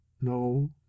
no